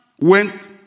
went